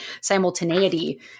simultaneity